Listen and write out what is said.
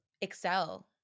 excel